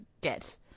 get